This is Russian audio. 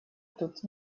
тут